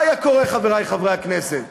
מה היה קורה, חברי חברי הכנסת?